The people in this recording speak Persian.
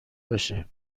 بشه